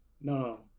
No